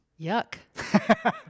Yuck